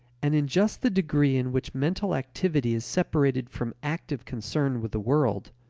and in just the degree in which mental activity is separated from active concern with the world,